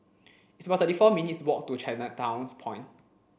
it's about thirty four minutes' walk to Chinatown Point